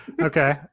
Okay